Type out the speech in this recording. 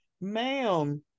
ma'am